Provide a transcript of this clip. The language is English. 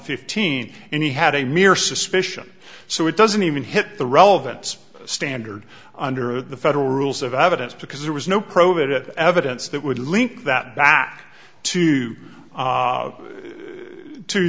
fifteen and he had a mere suspicion so it doesn't even hit the relevance standard under the federal rules of evidence because there was no pro that evidence that would link that back to